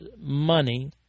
money